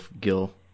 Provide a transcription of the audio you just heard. Gil